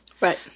right